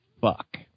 Fuck